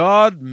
God